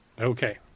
Okay